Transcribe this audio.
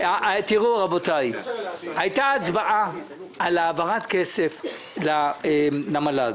הייתה הצבעה על העברת כסף למל"ג,